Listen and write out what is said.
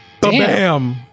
Bam